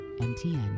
MTN